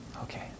Okay